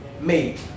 made